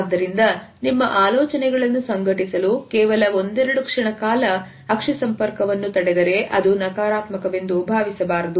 ಆದ್ದರಿಂದ ನಿಮ್ಮ ಆಲೋಚನೆಗಳನ್ನು ಸಂಘಟಿಸಲು ಕೇವಲ ಒಂದೆರಡು ಕ್ಷಣಕಾಲ ಸಂಪರ್ಕವನ್ನು ತಡೆದರೆ ಅದು ನಕಾರಾತ್ಮಕ ವೆಂದು ಭಾವಿಸಬಾರದು